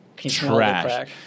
trash